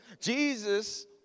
Jesus